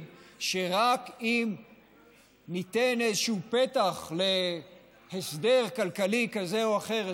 שרק אם ניתן איזשהו פתח להסדר כלכלי כזה או אחר,